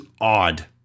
odd